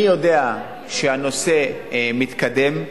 אני יודע שהנושא מתקדם,